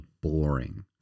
boring